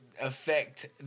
affect